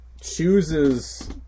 chooses